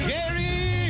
Gary